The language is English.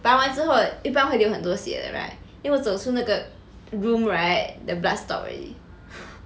拔完之后一般会流很多血的 right then 我走出那个 room right the blood stopped already